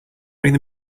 bring